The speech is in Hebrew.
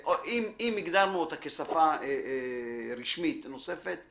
ואם הגדרנו אותה כשפה רשמית נוספת,